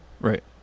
Right